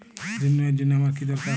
ঋণ নেওয়ার জন্য আমার কী দরকার?